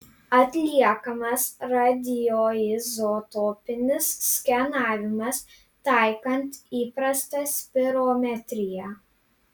atliekamas radioizotopinis skenavimas taikant įprastą spirometriją